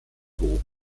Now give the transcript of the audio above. hoch